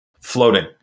floating